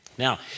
Now